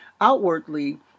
outwardly